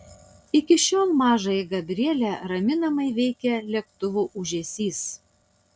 iki šiol mažąją gabrielę raminamai veikia lėktuvų ūžesys